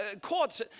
courts